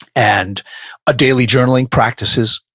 and a daily journaling practices,